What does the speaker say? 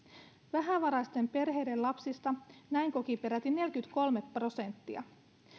vähävaraisten perheiden lapsista näin koki peräti neljäkymmentäkolme prosenttia